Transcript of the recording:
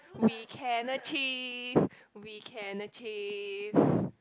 we can achieve we can achieve